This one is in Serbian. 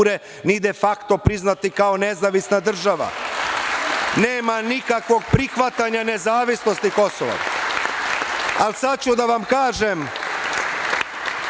ni de fakto priznati kao nezavisna država. Nema nikakvog prihvatanja nezavisnosti Kosova. Sada ću vam reći,